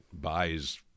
buys